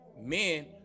men